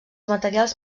materials